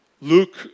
Luke